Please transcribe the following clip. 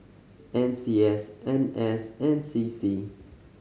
N C S N S and C C